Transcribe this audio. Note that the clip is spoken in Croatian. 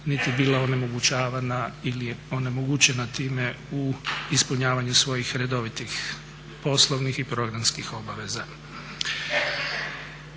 niti bila onemogućavana ili onemogućena time u ispunjavanju svojih redovitih poslovnih i programskih obaveza.